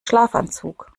schlafanzug